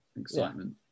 excitement